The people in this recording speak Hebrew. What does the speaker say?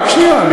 רק שנייה.